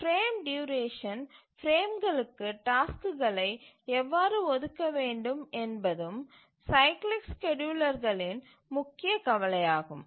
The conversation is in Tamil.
பிரேம் ட்யூரேஷன் பிரேம்களுக்கு டாஸ்க்குகளை எவ்வாறு ஒதுக்கவேண்டும் என்பதும் சைக்கிளிக் ஸ்கேட்யூலர்களின் முக்கிய கவலையாகும்